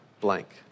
blank